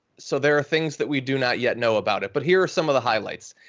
so there are things that we do not yet know about it. but here are some of the highlights.